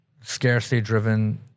scarcity-driven